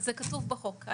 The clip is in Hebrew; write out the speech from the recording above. זה כתוב בחוק.